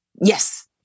Yes